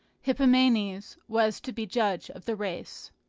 hippomenes was to be judge of the race.